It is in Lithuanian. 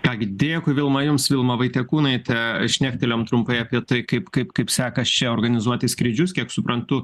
ką gi dėkui vilma jums vilma vaitekūnaitė šnektelėjom trumpai apie tai kaip kaip kaip sekas čia organizuoti skrydžius kiek suprantu